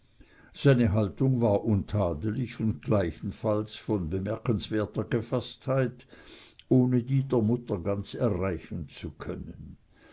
seine haltung war untadelig und gleichfalls von bemerkenswerter gefaßtheit ohne die der mutter ganz erreichen zu können